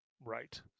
Right